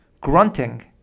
Grunting